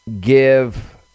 give